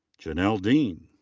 janelle dean.